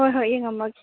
ꯍꯣꯏ ꯍꯣꯏ ꯌꯦꯡꯉꯝꯃꯒꯦ